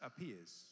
appears